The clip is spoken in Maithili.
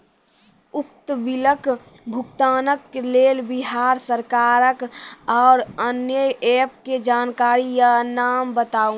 उक्त बिलक भुगतानक लेल बिहार सरकारक आअन्य एप के जानकारी या नाम बताऊ?